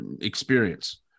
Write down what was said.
experience